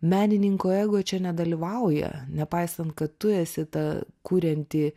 menininko ego čia nedalyvauja nepaisant kad tu esi ta kurianti